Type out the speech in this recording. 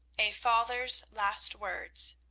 a father's last words.